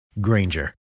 Granger